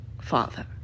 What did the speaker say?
Father